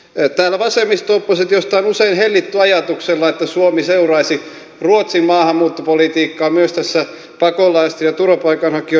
täällä vasemmisto oppositiossa on usein hellitty ajatusta että suomi seuraisi ruotsin maahanmuuttopolitiikkaa myös pakolaisten ja turvapaikanhakijoiden osalta